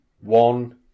One